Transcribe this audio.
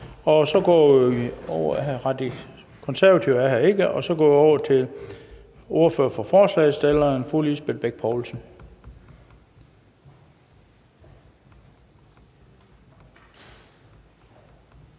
så vi går over til ordføreren for forslagsstillerne, fru Lisbeth Bech Poulsen.